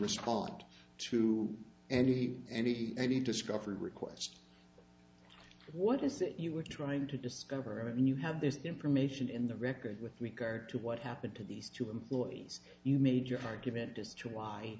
respond to any and he any discovery requests what is it you were trying to discover and you have this information in the record with regard to what happened to these two employees you made your argument as to why